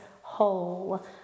whole